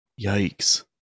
Yikes